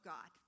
God